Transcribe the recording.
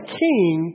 king